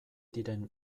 diren